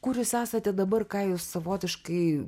kur jūs esate dabar ką jūs savotiškai